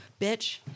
Bitch